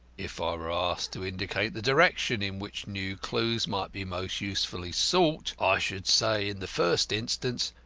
if i were asked to indicate the direction in which new clues might be most usefully sought, i should say, in the first instance,